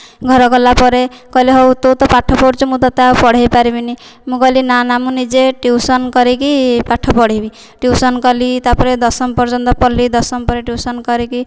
ଘର କଲାପରେ କହିଲେ ହଉ ତୁ ତ ପାଠ ପଢ଼ୁଛୁ ମୁଁ ତତେ ଆଉ ପଢ଼େଇ ପାରିବିନି ମୁଁ କହିଲି ନା ନା ମୁଁ ନିଜେ ଟ୍ୟୁସନ କରିକି ପାଠ ପଢ଼ିବି ଟ୍ୟୁସନ କଲି ତାପରେ ଦଶମ ପର୍ଯ୍ୟନ୍ତ ପଢ଼ିଲି ଦଶମ ପରେ ଟ୍ୟୁସନ କରିକି